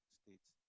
states